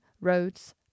roads